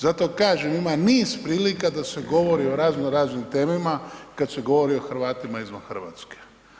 Zato kažem ima niz prilika da se govori o razno raznim temama kad se govori o Hrvatima izvan Hrvatske.